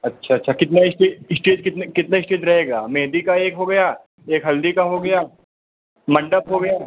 अच्छा अच्छा कितना इस्टेज इस्टेज कितने कितना इस्टेज रहेगा मेहँदी का एक हो गया एक हल्दी का हो गया मण्डप हो गया